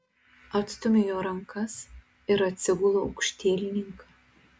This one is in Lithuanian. atstumiu jo rankas ir atsigulu aukštielninka